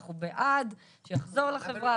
אנחנו בעד שיחזור לחברה,